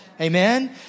Amen